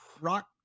Rock